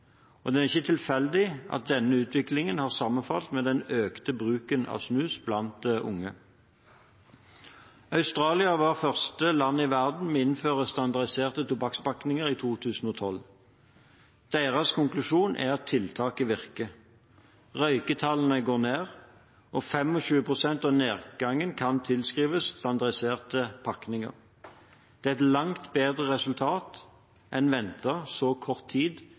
Det er ikke tilfeldig at denne utviklingen har sammenfalt med den økte bruken av snus blant unge. Australia var første land i verden til å innføre standardiserte tobakkspakninger, i 2012. Deres konklusjon er at tiltaket virker. Røyketallene går ned, og 25 pst. av nedgangen kan tilskrives standardiserte pakninger. Det er et langt bedre resultat enn ventet så kort tid